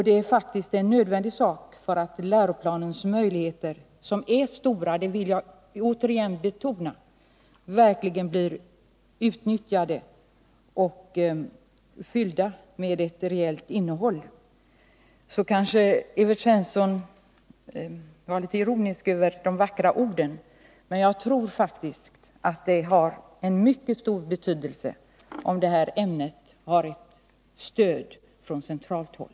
Det är faktiskt nödvändigt för att läroplanens möjligheter, som — det vill jagåterigen betona - är stora, verkligen skall bli utnyttjade och fyllda med ett reellt innehåll. Evert Svensson var kanske litet ironisk över de vackra orden. Men jag tror faktiskt att det har en mycket stor betydelse, om detta ämne har stöd från centralt håll.